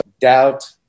doubt